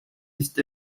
ist